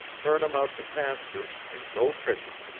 turn em out to pasture, and go fishing.